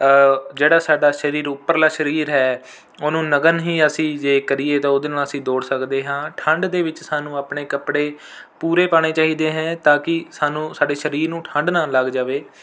ਜਿਹੜਾ ਸਾਡਾ ਸਰੀਰ ਉੱਪਰਲਾ ਸਰੀਰ ਹੈ ਉਹਨੂੰ ਨਗਨ ਹੀ ਅਸੀਂ ਜੇ ਕਰੀਏ ਤਾਂ ਉਹਦੇ ਨਾਲ ਅਸੀਂ ਦੌੜ ਸਕਦੇ ਹਾਂ ਠੰਡ ਦੇ ਵਿੱਚ ਸਾਨੂੰ ਆਪਣੇ ਕੱਪੜੇ ਪੂਰੇ ਪਾਉਣੇ ਚਾਹੀਦੇ ਹੈ ਤਾਂ ਕਿ ਸਾਨੂੰ ਸਾਡੇ ਸਰੀਰ ਨੂੰ ਠੰਡ ਨਾ ਲੱਗ ਜਾਵੇ